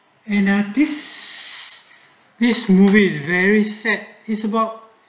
a notice this movie is very sad it's about